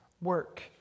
work